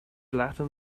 latin